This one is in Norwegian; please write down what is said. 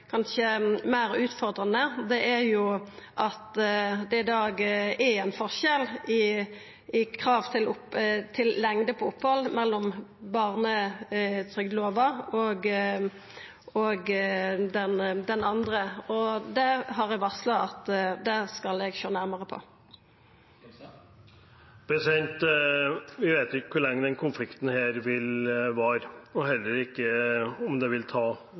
er at det i dag er ein forskjell i krav til lengde på opphald mellom barnetrygdlova og den andre lova. Det har eg varsla at eg skal sjå nærmare på. Vi vet ikke hvor lenge denne konflikten vil vare og heller ikke hva konsekvensene vil